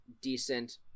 decent